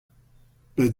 pet